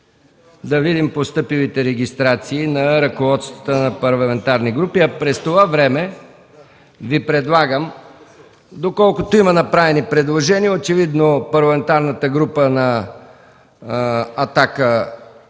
Да видим постъпилите регистрации на ръководствата на парламентарни групи, а през това време Ви предлагам, доколкото има направени предложения, очевидно Парламентарната група на „Атака”